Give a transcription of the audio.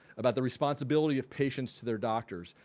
about the responsibility of patients to their doctors.